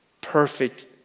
perfect